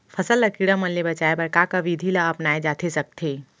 फसल ल कीड़ा मन ले बचाये बर का का विधि ल अपनाये जाथे सकथे?